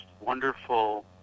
wonderful